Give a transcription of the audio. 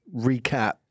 recap